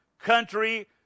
country